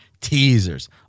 teasers